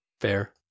Fair